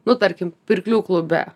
nu tarkime pirklių klube